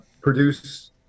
produce